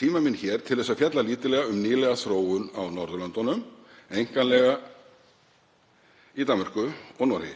tíma minn hér til að fjalla lítillega um nýlega þróun á Norðurlöndunum, einkanlega í Danmörku og Noregi.